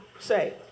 Say